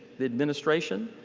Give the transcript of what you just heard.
the administration,